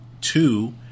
two